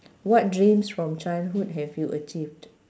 what dreams from childhood have you achieved